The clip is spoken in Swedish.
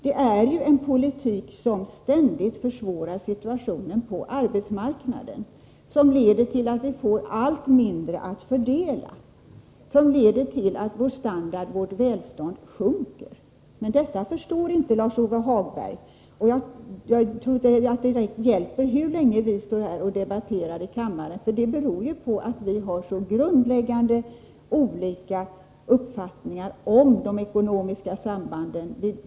Det är en politik som hela tiden försvårar situationen på arbetsmarknaden, som leder till att vi får allt mindre att fördela, som leder till att vår standard och vårt välstånd sjunker. Men detta förstår inte Lars-Ove Hagberg. Jag tror inte att det hjälper hur länge vi än står här i kammaren och debatterar. Det beror på att vi har så olika grundläggande uppfattningar om de ekonomiska sambanden.